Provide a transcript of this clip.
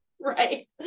Right